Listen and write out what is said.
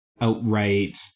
outright